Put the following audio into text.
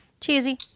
Cheesy